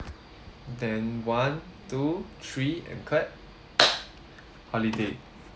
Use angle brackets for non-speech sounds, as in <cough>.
then one two three and cut <noise> holiday